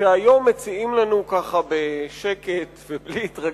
שהיום מציעים לנו, ככה בשקט ובלי התרגשות,